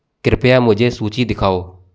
कृपया मुझे सूची दिखाओ